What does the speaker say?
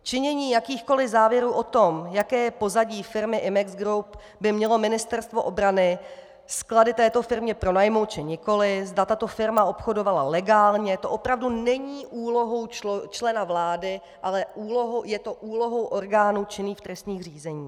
Činění jakýchkoliv závěrů o tom, jaké je pozadí firmy Imex Group, zda by mělo Ministerstvo obrany sklady této firmě pronajmout, či nikoliv, zda tato firma obchodovala legálně, to opravdu není úlohou člena vláda, ale je to úlohou orgánů činných v trestním řízení.